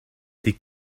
die